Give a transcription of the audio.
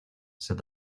said